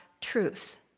truth